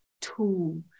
Tool